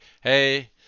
hey